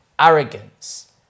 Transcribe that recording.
arrogance